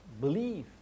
believe